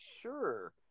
sure